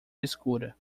escura